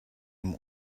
dem